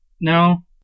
No